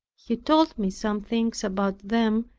he told me some things about them,